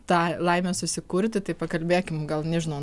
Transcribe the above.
tą laimę susikurti tai pakalbėkim gal nežinau